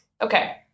Okay